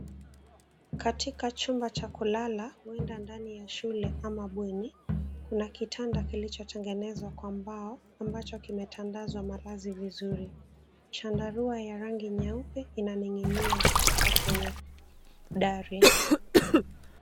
Katika chumba cha kulala, huenda ndani ya shule ama bweni, kuna kitanda kilichotengenezwa kwa mbao ambacho kimetandwa malazi vizuri. Chandarua ya rangi nyeupe inaning'inia kutoka kwenye dari.